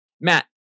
Matt